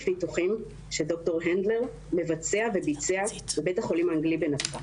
ניתוחים ש הנדלר מבצע וביצע בבית החולים האנגלי בנצרת,